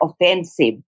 offensive